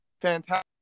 Fantastic